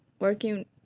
working